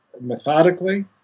methodically